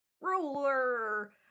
Ruler